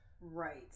Right